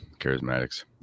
charismatics